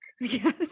yes